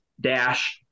Dash